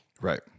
Right